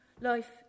Life